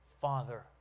Father